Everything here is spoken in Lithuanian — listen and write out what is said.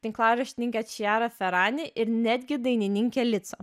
tinklaraštininkė čiara ferani ir netgi dainininkę lico